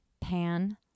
pan